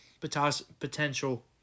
potential